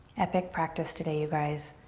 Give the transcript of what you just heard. epic practice today, you guys.